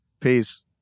Peace